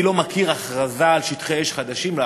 אני לא מכיר הכרזה של שטחי אש חדשים לאחרונה,